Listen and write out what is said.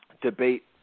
Debate